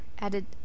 added